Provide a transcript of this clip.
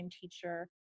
teacher